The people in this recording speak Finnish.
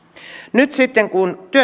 nyt sitten kun